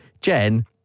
Jen